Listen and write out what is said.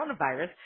coronavirus